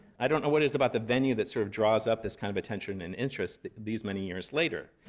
i don't know what it is about the venue that sort of draws up this kind of attention and interest these many years later.